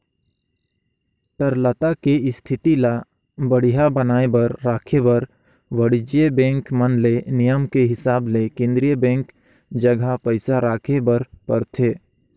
तरलता के इस्थिति ल बड़िहा बनाये बर राखे बर वाणिज्य बेंक मन ले नियम के हिसाब ले केन्द्रीय बेंक जघा पइसा राखे बर परथे